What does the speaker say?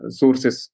sources